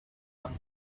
some